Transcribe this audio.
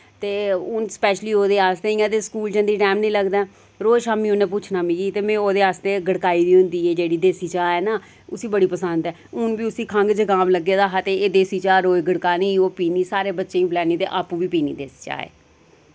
ते हून स्पैशली ओह्दे आस्तै इ'यां ते स्कूल जंदे टाइम निं लगदा रोज शाम्मीं उ'नै पुच्छना मिकी ते में ओह्दे आस्तै गड़काई दी होंदी एह् जेह्ड़ी देसी चाह् ऐ न उस्सी बड़ी पसंद ऐ हून बी उस्सी खंघ जकाम लग्गे दा हा ते एह् देसी चाह् रोज गड़कानी ओह् पीनी सारे बच्चें ई पलानी ते आपूं बी पीनी देसी चाह् एह्